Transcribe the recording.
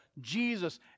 Jesus